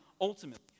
ultimately